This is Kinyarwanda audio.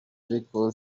ariko